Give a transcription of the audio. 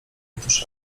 otóż